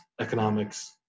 economics